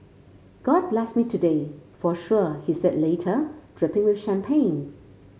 god blessed me today for sure he said later dripping with champagne